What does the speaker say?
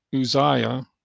Uzziah